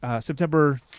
September